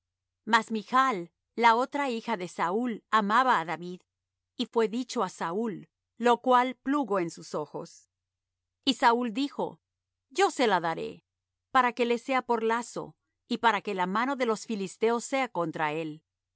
mas michl la otra hija de saúl amaba á david y fué dicho á saúl lo cual plugo en sus ojos y saúl dijo yo se la daré para que le sea por lazo y para que la mano de los filisteos sea contra él